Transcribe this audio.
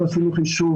אנחנו עשינו חישוב,